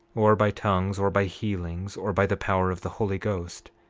or by tongues, or by healings, or by the power of the holy ghost!